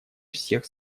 всех